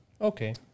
Okay